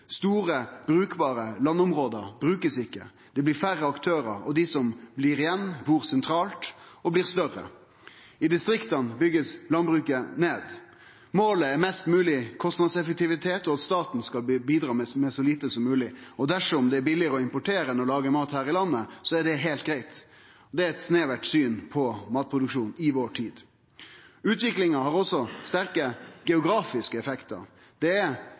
Store brukbare landområde blir ikkje brukte, det blir færre aktørar, og dei som blir igjen, bur sentralt og blir større. I distrikta blir landbruket bygt ned. Målet er mest mogleg kostnadseffektivitet, og at staten skal bidra med så lite som mogleg, og dersom det er billegare å importere enn å produsere mat her i landet, er det heilt greitt. Det er eit snevert syn på matproduksjon i vår tid. Utviklinga har også sterke geografiske effektar, det er